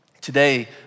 today